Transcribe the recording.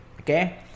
Okay